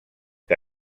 que